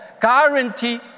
guarantee